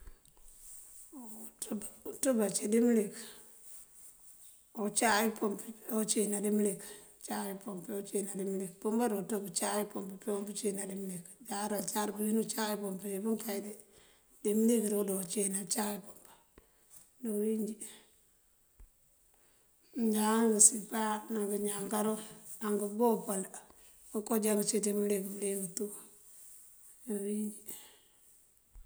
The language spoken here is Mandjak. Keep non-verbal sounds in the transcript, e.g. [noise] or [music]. Uţëb acíri mëlik, ocaay umpëmp ocíiná dí mëlik, ocaay umpëmp ocíiná dí mëlik. Përëmeru uţëb ucaay umpëmp peewun káciináan dí mëlik. Jáaţ këëncar kawín ucaay umpëmp dí pankay. Dí mëlik dúunjoon uncíiná, ucáay umpëmp dí bëëwínjí. Mëënjáaţ, dí ngësipa, dí ngënjankalo, nángëëboopal, ngëënkoo já ngëcínţi mëlik bëliyëng tu [hesitation] ţí bëëwínjí.